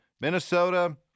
Minnesota